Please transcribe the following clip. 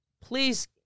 please